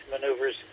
maneuvers